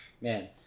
man